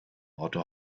auto